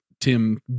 Tim